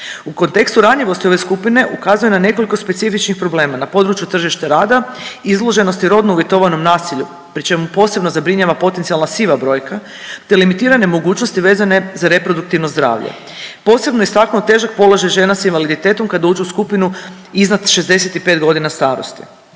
U kontekstu ranjivosti ove skupine ukazuje na nekoliko specifičnih problema na području tržišta rada, izloženosti rodno uvjetovanom nasilju pri čemu posebno zabrinjava potencijalna siva brojka te limitirane mogućnosti vezane za reproduktivno zdravlje. Posebno je istaknuo težak položaj žena s invaliditetom kad uđu u skupinu iznad 65 godina starosti.